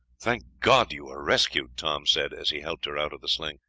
thank god, you are rescued! tom said, as he helped her out of the sling.